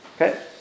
Okay